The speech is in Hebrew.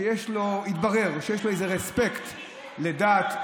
שהתברר שיש לו איזה רספקט לדת,